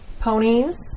ponies